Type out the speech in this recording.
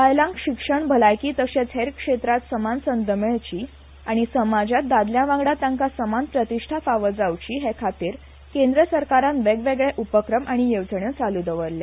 बायलांक शिक्षण भलायकी तशेच हेर क्षेत्रांत समान संद मेळची आनी समाजांत दादल्यांवांगडा तांका समान प्रतिष्ठा फाव जावची हे खातीर केंद्र सरकारान वेगवेगळे उपक्रम आनी येवजण्यो चालू दवरल्या